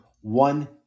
one